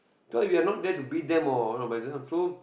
thought you're not there to beat them or i don't know if is true